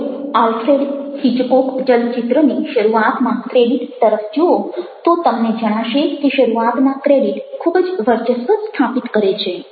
જો Alfred Hitchcock ચલચિત્રની શરૂઆતમાં 'ક્રેડિટ' તરફ જુઓ તો તમને જણાશે કે શરૂઆતના 'ક્રેડિટ' ખૂબ જ વર્ચસ્વ સ્થાપિત કરે છે